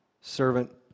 servant